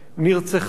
נרצחה,